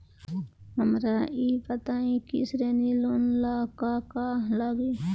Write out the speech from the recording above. हमरा ई बताई की ऋण लेवे ला का का लागी?